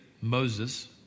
Moses